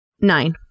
Nine